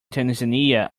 tanzania